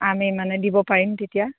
আমি মানে দিব পাৰিম তেতিয়া